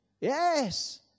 Yes